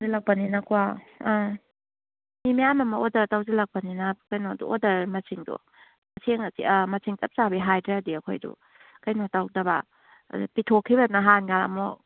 ꯆꯦꯜꯂꯛꯄꯅꯤꯅꯀꯣ ꯎꯝ ꯃꯤ ꯃꯌꯥꯝ ꯑꯃ ꯑꯣꯗꯔ ꯇꯧꯁꯤꯜꯂꯛꯄꯅꯤꯅ ꯀꯩꯅꯣꯗꯣ ꯑꯣꯗꯔ ꯃꯁꯤꯡꯗꯣ ꯑꯥ ꯃꯁꯤꯡ ꯆꯞ ꯆꯥꯕꯤ ꯍꯥꯏꯗ꯭ꯔꯗꯤ ꯑꯩꯈꯣꯏꯗꯣ ꯀꯩꯅꯣ ꯇꯧꯗꯕ ꯑꯗꯣ ꯄꯤꯊꯣꯛꯈꯤꯕ ꯅꯍꯥꯟꯒ ꯑꯃꯨꯛ